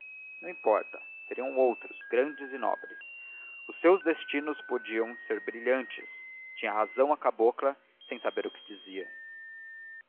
não importa seriam outros grandes e nobres os seus destinos podiam ser brilhantes tinha razão a cabocla sem saber o que dizia